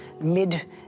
mid